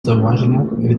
зауваження